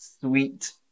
sweet